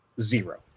zero